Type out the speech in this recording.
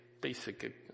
Basic